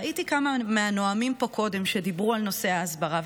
ראיתי שכמה מהנואמים פה קודם דיברו על נושא ההסברה,